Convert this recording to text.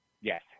Yes